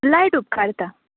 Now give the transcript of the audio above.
light उपकारता